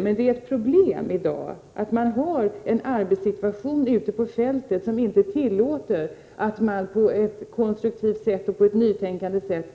Men det är ett problem i dag att arbetssituationen ute på fältet många gånger inte tillåter att man på ett konstruktivt och nytänkande sätt